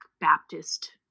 Baptist